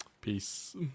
Peace